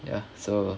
ya so